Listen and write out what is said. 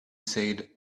said